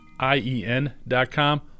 IEN.com